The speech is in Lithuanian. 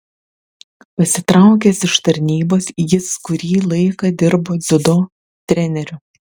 pasitraukęs iš tarnybos jis kurį laiką dirbo dziudo treneriu